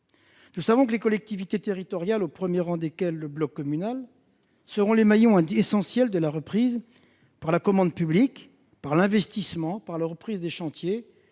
Nous savons que les collectivités territoriales, au premier rang desquelles le bloc communal, seront les maillons essentiels de la reprise, par la commande publique, par l'investissement, par le redémarrage des chantiers,